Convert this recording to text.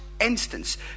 instance